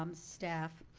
um staff,